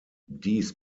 dies